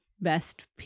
best